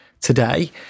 today